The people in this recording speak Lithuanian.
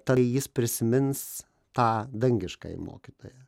tai jis prisimins tą dangiškąjį mokytoją